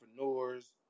entrepreneurs